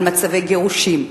על מצבי גירושין,